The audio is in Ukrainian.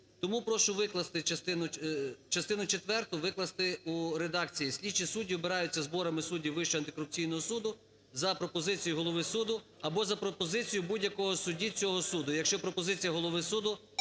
Тому прошу викласти частину четверту викласти в редакції: "Слідчі судді обираються зборами суддів Вищого антикорупційного суду за пропозицією голови суду або за пропозицією будь-якого судді цього суду, якщо пропозиція голови суду